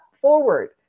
forward